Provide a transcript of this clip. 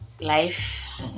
Life